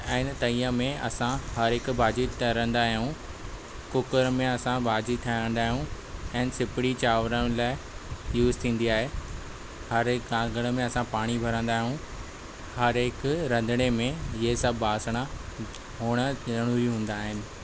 ऐं तईअ में असां हरेकु भाॼी तरंदा आयूं कूकर में असां भाॼी ठाहींदा आहियूं ऐं सिपिरी चांवरनि लाइ यूज़ थींदी आहे हाणे घाघर में असां पाणी भरंदा आहियूं हर हिकु रंधणे में इअं सभु बासणु हुअणु ज़रूरी हूंदा आहिनि